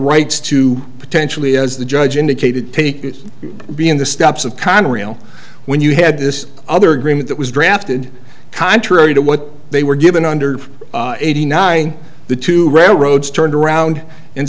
rights to potentially as the judge indicated to be in the steps of conrail when you had this other agreement that was drafted contrary to what they were given under eighty nine the two rare roads turned around and